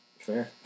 Fair